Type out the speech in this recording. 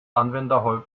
anwender